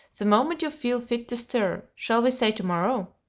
the moment you feel fit to stir. shall we say to-morrow?